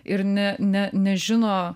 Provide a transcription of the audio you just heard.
ir ne ne nežino